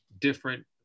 different